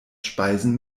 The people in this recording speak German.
speisen